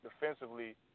defensively